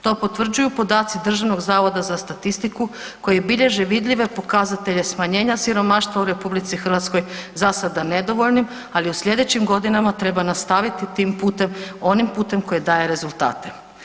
To potvrđuju podaci Državnog zavoda za statistiku koji bilježe vidljive pokazatelje smanjenja siromaštva u RH za sada nedovoljnim, ali u sljedećim godinama treba nastaviti tim putem, onim putem koji daje rezultate.